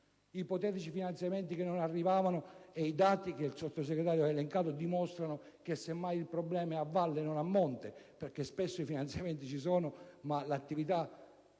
ipotetici finanziamenti che non arrivavano (e i dati che il Sottosegretario ha elencato dimostrano che, semmai, il problema è a valle, non a monte, perché spesso i finanziamenti ci sono, ma l'attività